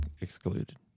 excluded